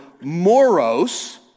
moros